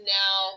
now